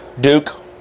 Duke